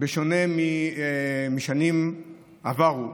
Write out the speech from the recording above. בשונה משנים עברו,